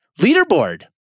Leaderboard